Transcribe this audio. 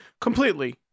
completely